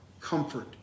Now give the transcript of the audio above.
comfort